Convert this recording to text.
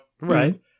Right